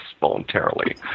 voluntarily